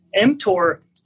mTOR